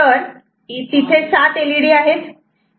तर तिथे सात एलईडी आहेत